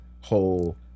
whole